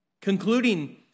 concluding